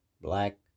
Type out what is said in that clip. black